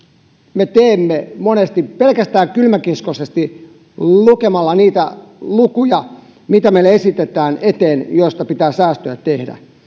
me teemme monesti pelkästään kylmäkiskoisesti lukemalla niitä lukuja joita meille esitetään eteen ja joista pitää säästöä tehdä